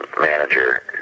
manager